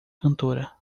cantora